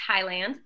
Thailand